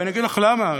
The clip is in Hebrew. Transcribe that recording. ואני אגיד לך למה,